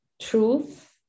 truth